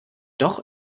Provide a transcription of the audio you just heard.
doch